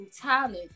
talent